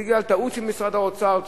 בגלל טעות של משרד האוצר,